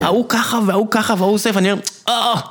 ההוא ככה וההוא ככה וההוא עושה, ואני אומר אההה...